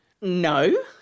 No